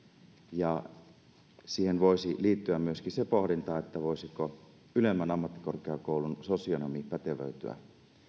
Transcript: ja siihen voisi liittyä myöskin se pohdinta voisiko ylemmän ammattikorkeakoulun sosionomi pätevöityä